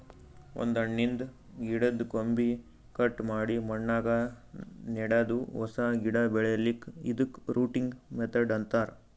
ಒಂದ್ ಹಣ್ಣಿನ್ದ್ ಗಿಡದ್ದ್ ಕೊಂಬೆ ಕಟ್ ಮಾಡಿ ಮಣ್ಣಾಗ ನೆಡದು ಹೊಸ ಗಿಡ ಬೆಳಿಲಿಕ್ಕ್ ಇದಕ್ಕ್ ರೂಟಿಂಗ್ ಮೆಥಡ್ ಅಂತಾರ್